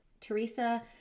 Teresa